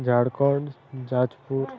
Jharkhand Jajpur